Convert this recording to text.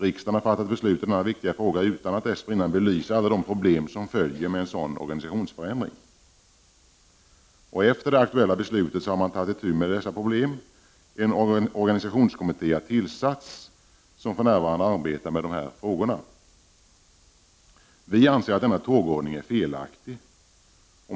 Riksdagen har fattat beslut i denna viktiga fråga utan att dessförinnan belysa alla de problem som följer med en sådan organisationsförändring. Efter det aktuella beslutet har man tagit itu med detta problem. En organisationskommitté har tillsatts som för närvarande arbetar med dessa frågor. Vi i moderata samlingspartiet anser att denna tågordning är felaktig.